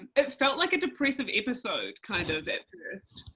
it felt like a depressive episode, kind of at first,